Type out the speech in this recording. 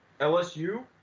lsu